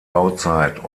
bauzeit